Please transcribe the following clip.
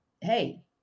hey